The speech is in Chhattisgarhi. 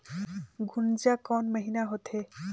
गुनजा कोन महीना होथे?